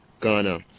Ghana